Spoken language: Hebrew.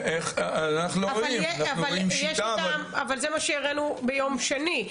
אבל זה מה שהראינו ביום שני.